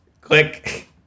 Click